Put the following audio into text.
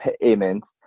payments